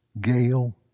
gale